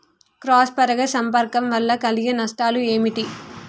Cross పరాగ సంపర్కం వల్ల కలిగే నష్టాలు ఏమిటి?